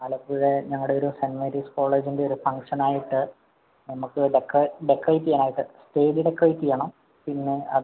ആലപ്പുഴയിൽ ഞങ്ങളുടെ ഒരു സെൻ മേരിസ് കോളേജിൻ്റെ ഒരു ഫങ്ഷന് ആയിട്ട് നമുക്ക് ഡെക്കറേറ്റ് ചെയ്യാനായിട്ട് സ്റ്റേജ് ഡെക്കറേറ്റ് ചെയ്യണം പിന്നെ അ